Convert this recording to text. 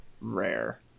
rare